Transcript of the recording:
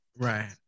Right